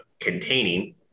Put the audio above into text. containing